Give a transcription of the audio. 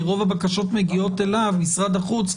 כי רוב הבקשות מגיעות אליו הוא משרד החוץ,